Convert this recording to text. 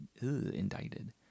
indicted